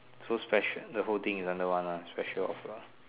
so special the whole thing is under one lah special offer